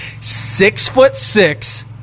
Six-foot-six